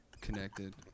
connected